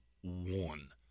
one